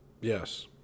Yes